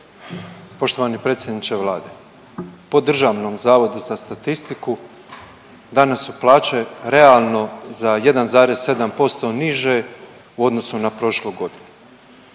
Poštovani predsjedniče vlade, po Državnom zavodu za statistiku danas su plaće realno za 1,7% niže u odnosu na prošlu godinu.